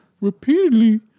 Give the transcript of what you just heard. repeatedly